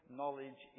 knowledge